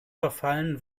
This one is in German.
verfallen